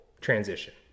transition